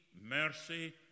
mercy